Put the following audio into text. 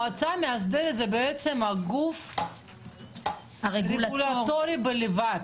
מועצה מאסדרת זה בעצם הגוף הרגולטורי בלבד,